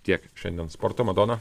tiek šiandien sporto madona